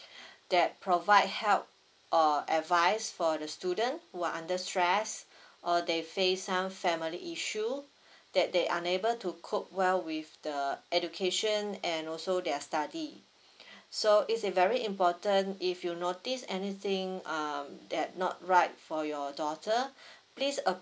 that provide help err advice for the students who are under stress err they faced some family issue that they unable to cope well with the education and also their study so it's a very important if you notice anything um that not right for your daughter please